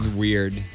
weird